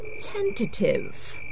tentative